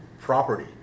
property